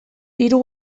hiru